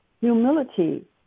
humility